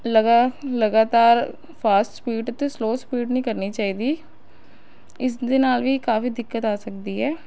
ਲਗਾ ਲਗਾਤਾਰ fast speed ਅਤੇ ਸਲੋ ਸਪੀਡ ਨਹੀਂ ਕਰਨੀ ਚਾਹੀਦੀ ਇਸਦੇ ਨਾਲ ਵੀ ਕਾਫੀ ਦਿੱਕਤ ਆ ਸਕਦੀ ਹੈ